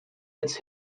its